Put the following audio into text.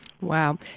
Wow